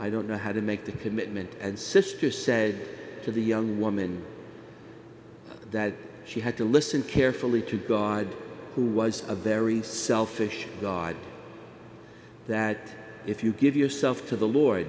i don't know how to make the commitment and sister said to the young woman that she had to listen carefully to god who was a very selfish god that if you give yourself to the